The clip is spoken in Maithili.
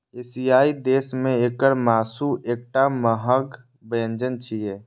एशियाई देश मे एकर मासु एकटा महग व्यंजन छियै